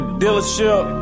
dealership